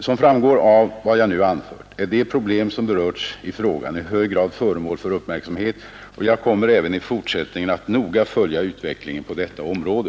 Som framgår av vad jag nu anfört är de problem som berörts i frågan i hög grad föremål för uppmärksamhet, och jag kommer även i fortsättningen att noga följa utvecklingen på detta område.